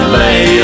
lay